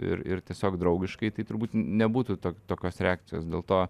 ir ir tiesiog draugiškai tai turbūt nebūtų tokios reakcijos dėl to